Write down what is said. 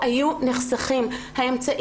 אני אגיד לך, אדוני יושב-הראש, מה